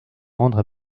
rendre